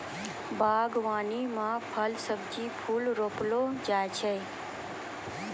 बागवानी मे फल, सब्जी, फूल रौपलो जाय छै